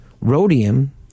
rhodium